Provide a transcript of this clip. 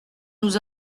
nous